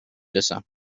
رسم